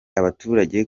abaturage